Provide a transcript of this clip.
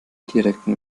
direkten